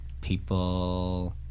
people